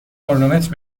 کرونومتر